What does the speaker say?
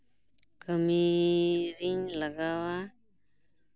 ᱠᱟᱹᱢᱤ ᱨᱤᱧ ᱞᱟᱜᱟᱣᱟ